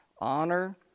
honor